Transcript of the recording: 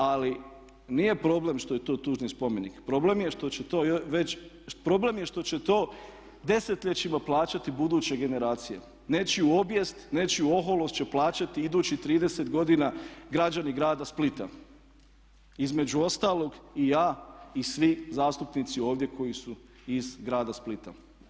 Ali nije problem što je to tužni spomenik, problem je što će to već, problem je što će to desetljećima plaćati buduće generacije nečiju obijest, nečiju oholost će plaćati idućih 30 godina građani grada Splita, između ostalog i ja i svi zastupnici ovdje koji su iz grada Splita.